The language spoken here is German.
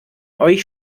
euch